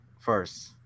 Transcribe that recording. first